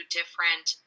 different